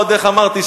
איך אמרתי,